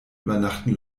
übernachten